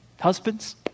Husbands